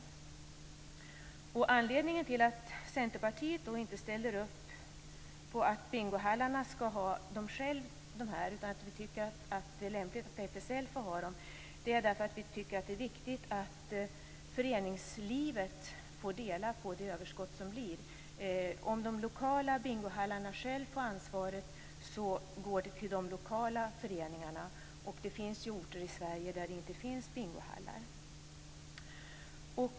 Anledningen till att Centerpartiet inte ställer upp på att bingohallarna skall få ha ansvaret för automaterna utan att det i stället skall vara FSL, beror på att vi tycker att det är viktigt att föreningslivet får dela på överskottet. Om de lokala bingohallarna får ansvaret går överskottet till de lokala föreningarna. Det finns orter i Sverige där det inte finns bingohallar.